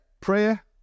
prayer